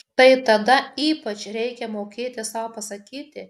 štai tada ypač reikia mokėti sau pasakyti